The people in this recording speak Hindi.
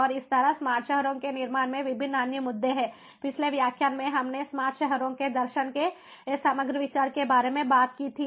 और इस तरह स्मार्ट शहरों के निर्माण में विभिन्न अन्य मुद्दे हैं पिछले व्याख्यान में हमने स्मार्ट शहरों के दर्शन के समग्र विचार के बारे में बात की थी